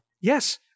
Yes